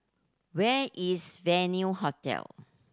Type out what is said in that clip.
where is Venue Hotel